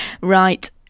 Right